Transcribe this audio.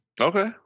okay